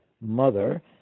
mother